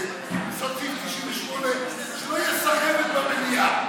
הכנסת אם לעשות סעיף 98 שלא תהיה סחבת במליאה.